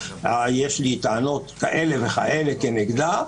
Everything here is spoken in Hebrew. יש לי טענות כאלה וכאלה כנגדה,